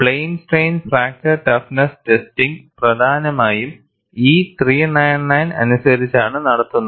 plain strain fracture toughness testing പ്രധാനമായും E 399 അനുസരിച്ചാണ് നടത്തുന്നത്